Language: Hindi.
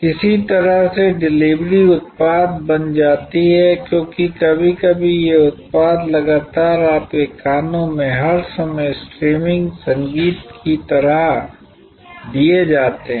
किसी तरह से डिलीवरी उत्पाद बन जाती है क्योंकि कभी कभी ये उत्पाद लगातार आपके कानों में हर समय स्ट्रीमिंग संगीत की तरह दिए जाते हैं